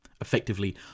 effectively